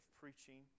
preaching